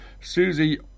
Susie